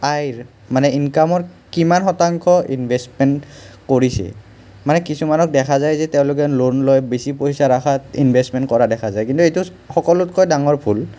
আয়ৰ মানে ইনকামৰ কিমান শতাংশ ইনভেচমেণ্ট কৰিছে মানে কিছুমানক দেখা যায় যে তেওঁলোকে লোন লয় বেছি পইচা ৰখাত ইনভেচমেণ্ট কৰা দেখা যায় কিন্তু এইটো সকলোতকৈ ডাঙৰ ভুল